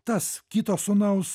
tas kito sūnaus